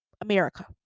America